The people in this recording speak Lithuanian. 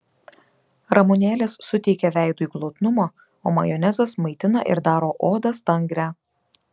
ramunėlės suteikia veidui glotnumo o majonezas maitina ir daro odą stangrią